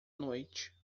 noite